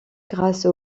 grâce